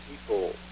people